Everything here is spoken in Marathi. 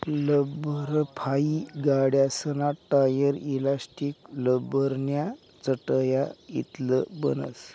लब्बरफाइ गाड्यासना टायर, ईलास्टिक, लब्बरन्या चटया इतलं बनस